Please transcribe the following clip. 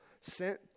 sent